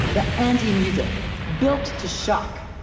the anti-music built to shock.